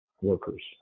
workers